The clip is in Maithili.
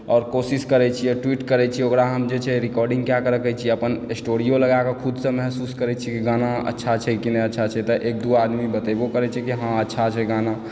आओर कोशिश करय छियै ट्वीट करय छियै ओकरा हम जे छै रिकोर्डिंग कए कऽ रखने छियै हम अपन स्टोरीयो लगाकऽ खुदसँ महसूस करै छी कि गाना अच्छा छै कि नहि अच्छा छै तऽ एक दू आदमी बतयबो करय छै कि हँ अच्छा छै गाना